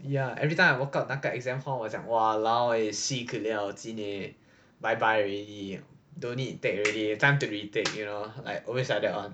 ya everytime I walk out 那个 exam hall 我讲 !walao! eh si ki liao jin eh bye bye already don't need take already time to retake you know like always like that [one]